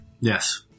Yes